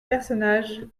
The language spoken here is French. personnages